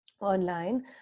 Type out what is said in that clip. online